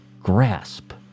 grasp